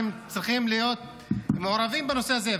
אתם צריכים להיות מעורבים בנושא הזה,